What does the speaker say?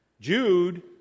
Jude